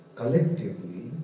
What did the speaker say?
collectively